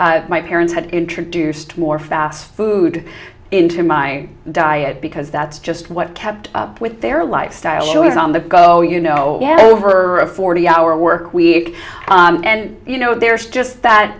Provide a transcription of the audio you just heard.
my parents had introduced more fast food into my diet because that's just what kept up with their lifestyle it was on the go you know over a forty hour work week and you know there's just that